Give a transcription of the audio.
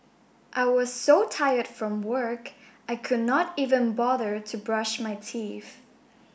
I was so tired from work I could not even bother to brush my teeth